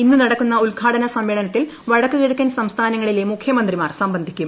ഇന്ന് നടക്കുന്ന ഉദ്ഘാടന സമ്മേളനത്തിൽ വടക്കു കിഴക്കൻ സംസ്ഥാനങ്ങളിലെ മുഖ്യമന്ത്രിമാർ സംബന്ധിക്കും